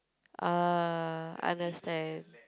uh understand